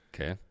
okay